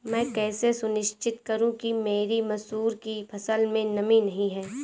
मैं कैसे सुनिश्चित करूँ कि मेरी मसूर की फसल में नमी नहीं है?